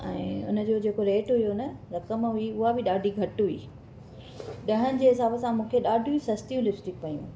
ऐं उन जो जेको रेट हुयो न रक़म हुई उहा बि ॾाढी घटि हुई ॾहनि जे हिसाब सां मूंखे ॾाढियूं सस्तियूं लिपस्टिक पियूं